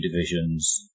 Division's